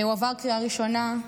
הוא עבר בקריאה ראשונה.